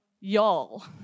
Y'all